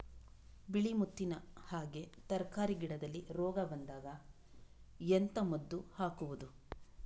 ಬಿಳಿ ಮುತ್ತಿನ ಹಾಗೆ ತರ್ಕಾರಿ ಗಿಡದಲ್ಲಿ ರೋಗ ಬಂದಾಗ ಎಂತ ಮದ್ದು ಹಾಕುವುದು?